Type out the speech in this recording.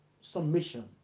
submission